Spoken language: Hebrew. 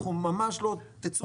תצאו